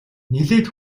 нэлээд